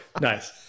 Nice